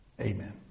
amen